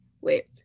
Wait